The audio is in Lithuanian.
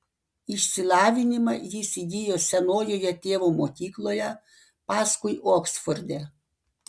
išsilavinimą jis įgijo senojoje tėvo mokykloje paskui oksforde